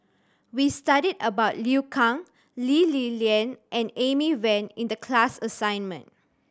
we studied about Liu Kang Lee Li Lian and Amy Van in the class assignment